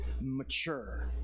mature